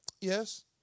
Yes